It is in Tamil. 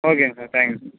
ஓகேங்க சார் தேங்க்யூ சார்